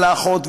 ולאחות,